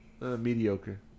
mediocre